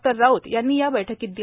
नितीन राऊत यांनी या बैठकीत दिले